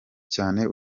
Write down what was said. cyane